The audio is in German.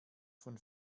von